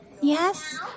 Yes